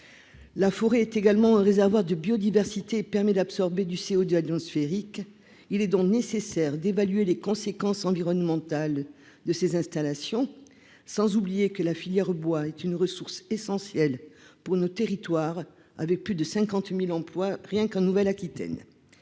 la forêt est également un réservoir de biodiversité permet d'absorber du CO2 atmosphérique, il est donc nécessaire d'évaluer les conséquences environnementales de ses installations, sans oublier que la filière bois est une ressource essentielle pour nos territoires avec plus de 50000 emplois rien qu'un Nouvelle Aquitaine